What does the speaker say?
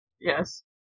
Yes